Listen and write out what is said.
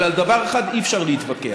אבל על דבר אחד אי-אפשר להתווכח,